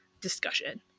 discussion